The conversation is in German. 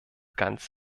ganz